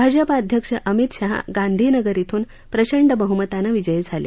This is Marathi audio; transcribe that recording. भाजपा अध्यक्ष अमित शहा गांधी नगर इथून प्रचंड बहमतानं विजयी झाले